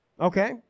Okay